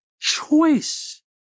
Choice